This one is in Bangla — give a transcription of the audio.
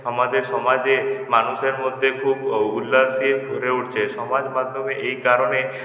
আমাদের সমাজে মানুষের মধ্যে খুব ও উল্লাসে ভরে উঠছে সমাজ মাধ্যমে এই কারণে